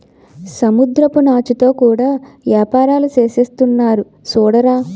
సముద్రపు నాచుతో కూడా యేపారాలు సేసేస్తున్నారు సూడరా